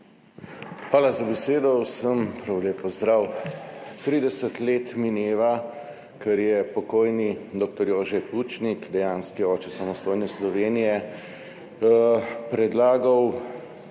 Hvala za besedo. Vsem prav lep pozdrav! 30 let mineva, odkar je pokojni dr. Jože Pučnik, dejanski oče samostojne Slovenije, predlagal člen v